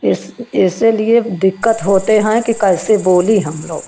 इसलिए दिक्कत होते हैं कि कैसे बोली हम लोग